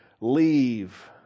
Leave